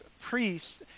priests